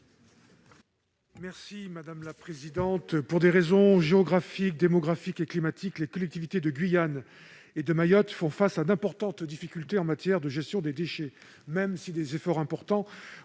M. Didier Rambaud. Pour des raisons géographiques, démographiques et climatiques, les collectivités de Guyane et de Mayotte font face à d'importantes difficultés en matière de gestion des déchets, même si des efforts importants